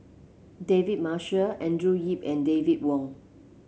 David Marshall Andrew Yip and David Wong